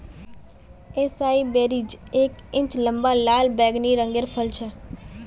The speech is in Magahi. एसाई बेरीज एक इंच लंबा लाल बैंगनी रंगेर फल छे